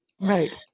Right